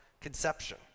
conception